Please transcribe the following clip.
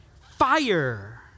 fire